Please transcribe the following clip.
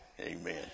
amen